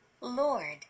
Lord